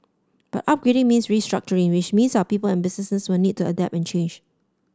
but upgrading means restructuring which means our people and businesses will need to adapt and change